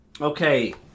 Okay